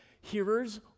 hearers